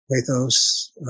pathos